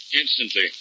Instantly